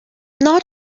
not